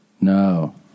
No